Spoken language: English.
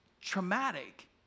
traumatic